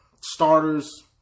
starters